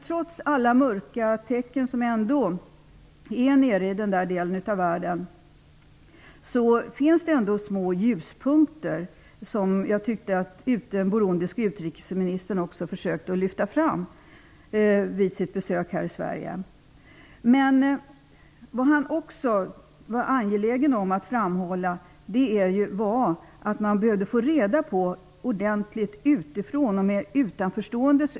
Trots alla mörka tecken som finns i den delen av världen finns det ändå små ljuspunkter. Jag tyckte att den burundiske utrikesministern försökte att lyfta fram dem vid sitt besök här i Sverige. Han var också angelägen om att framhålla att man genom utanförståendes ögon behövde få reda på vad som hände i samband med presidentmordet.